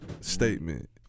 statement